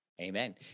Amen